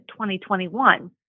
2021